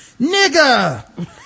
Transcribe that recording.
Nigga